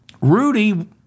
Rudy